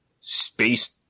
space